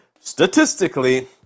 statistically